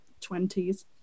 20s